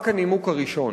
רק הנימוק הראשון.